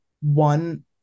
one